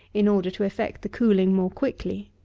in order to effect the cooling more quickly.